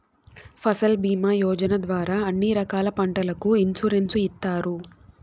ఫసల్ భీమా యోజన ద్వారా అన్ని రకాల పంటలకు ఇన్సురెన్సు ఇత్తారు